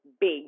big